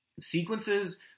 sequences